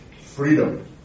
Freedom